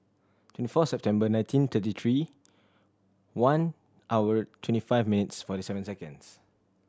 twenty four September nineteen thirty three one hour twenty five minutes forty seven seconds